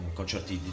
concerti